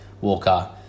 Walker